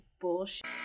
bullshit